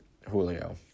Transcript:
Julio